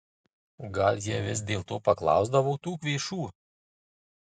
gal jie vis dėlto paklausdavo tų kvėšų